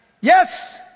Yes